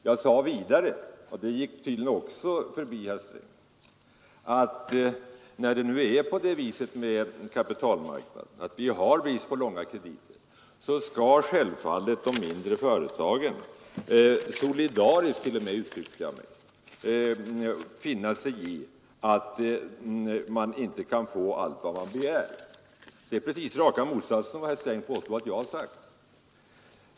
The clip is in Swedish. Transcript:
Jag sade för det andra, och även det gick tydligen förbi herr Sträng, att när det nu är brist på krediter på kapitalmarknaden skall självfallet de mindre företagen — jag sade t.o.m. solidariskt — finna sig i att de inte kan få allt vad de begär. Det är precis raka motsatsen mot vad herr Sträng påstår att jag har sagt.